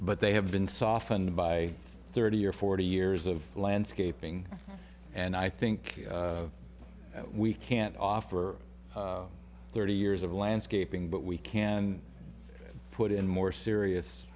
but they have been softened by thirty or forty years of landscaping and i think that we can't offer thirty years of landscaping but we can put in more serious